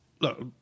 look